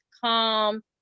calm